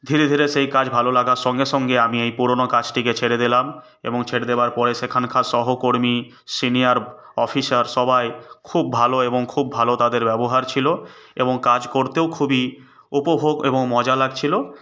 ধীরে ধীরে সেই কাজ ভালো লাগার সঙ্গে সঙ্গে আমি এই পুরোনো কাজটিকে ছেড়ে দিলাম এবং ছেড়ে দেওয়ার পরে সেখানকার সহকর্মী সিনিয়ার অফিসার সবাই খুব ভালো এবং খুব ভালো তাঁদের ব্যবহার ছিল এবং কাজ করতেও খুবই উপভোগ এবং মজা লাগছিল